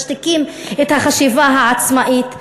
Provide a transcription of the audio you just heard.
משתיקים את החשיבה העצמאית שלהם.